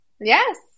yes